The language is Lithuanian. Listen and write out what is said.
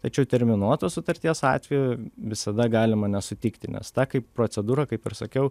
tačiau terminuotos sutarties atveju visada galima nesutikti nes ta kaip procedūra kaip ir sakiau